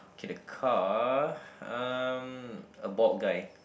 K the car um a bald guy